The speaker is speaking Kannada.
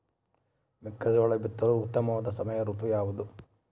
ಮೆಕ್ಕೆಜೋಳ ಬಿತ್ತಲು ಉತ್ತಮವಾದ ಸಮಯ ಋತು ಯಾವುದು?